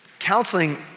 Counseling